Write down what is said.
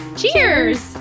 Cheers